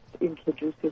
introduces